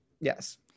Yes